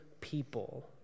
people